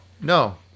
no